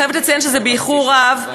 ואני חייבת לציין שזה באיחור רב,